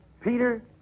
peter